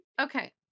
okay